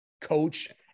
coach